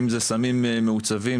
אם זה סמים מעוצבים,